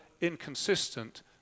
inconsistent